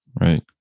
Right